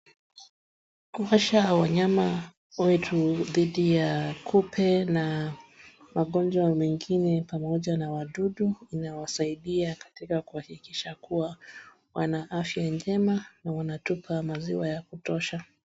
Kuosha wanyama wetu dhidi ya kupe na magonjwa mengine pamoja na wadudu inawasaidia katika kuhakikisha kuwa wanaafya njema na wanatupa maziwa ya kutosha.